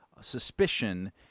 suspicion